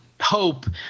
Hope